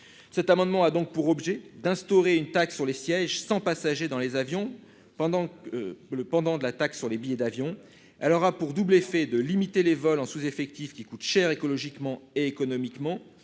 cet amendement a donc pour objet d'instaurer une taxe sur les sièges sans passagers dans les avions pendant le pendant de la taxe sur les billets d'avion alors a pour double effet de limiter les vols en sous-effectif, qui coûte cher, écologiquement et économiquement